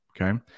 okay